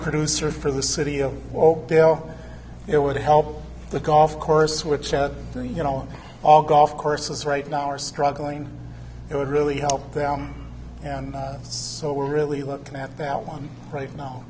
producer for the city of o b l it would help the golf course which of the you know all golf courses right now are struggling it would really help them and so we're really looking at that one right now